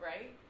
right